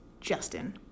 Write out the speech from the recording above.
Justin